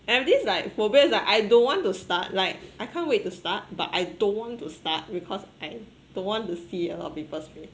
I have this like phobia is like I don't want to start like I can't wait to start but I don't want to start because I don't want to see a lot of people's face